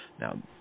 Now